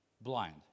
blind